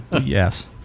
Yes